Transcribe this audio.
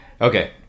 Okay